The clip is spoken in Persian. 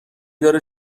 داره